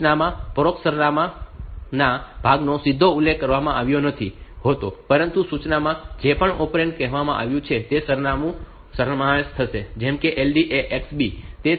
સૂચનામાં પરોક્ષ સરનામાંના સરનામાંના ભાગનો સીધો ઉલ્લેખ કરવામાં આવ્યો નથી હોતો પરંતુ સૂચનામાં જે પણ ઓપરેન્ડ કહેવામાં આવ્યું છે તે સરનામું સમાવશે જેમ કે LDAX B